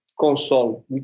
console